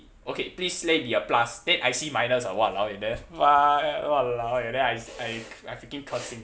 okay please let it be a plus then I see minus ah !walao! eh then !wah! !walao! eh then I I I freaking curse him